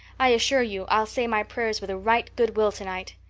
i assure you i'll say my prayers with a right good-will tonight.